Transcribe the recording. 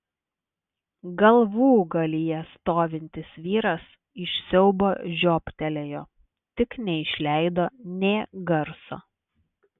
galvūgalyje stovintis vyras iš siaubo žiobtelėjo tik neišleido nė garso